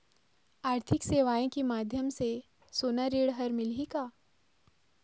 आरथिक सेवाएँ के माध्यम से सोना ऋण हर मिलही का?